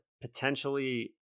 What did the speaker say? potentially